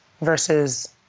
versus